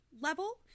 level